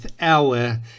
hour